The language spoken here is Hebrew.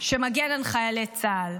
שמגן על חיילי צה"ל.